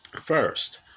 first